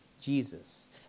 Jesus